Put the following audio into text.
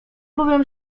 bowiem